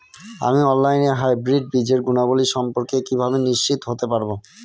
আমি অনলাইনে হাইব্রিড বীজের গুণাবলী সম্পর্কে কিভাবে নিশ্চিত হতে পারব?